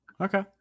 Okay